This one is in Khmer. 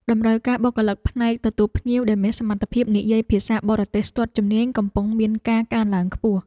តម្រូវការបុគ្គលិកផ្នែកទទួលភ្ញៀវដែលមានសមត្ថភាពនិយាយភាសាបរទេសស្ទាត់ជំនាញកំពុងមានការកើនឡើងខ្ពស់។